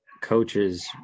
coaches